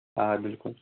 آ بِلکُل